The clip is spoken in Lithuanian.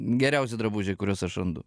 geriausi drabužiai kuriuos aš randu